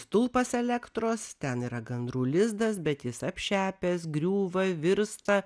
stulpas elektros ten yra gandrų lizdas bet jis apšepęs griūva virsta